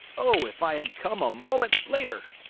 oh, if i had come a moment later!